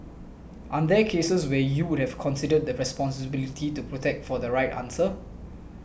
aren't there cases where you would have considered the responsibility to protect for the right answer